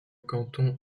canton